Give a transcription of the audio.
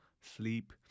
sleep